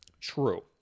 True